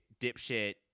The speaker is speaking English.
dipshit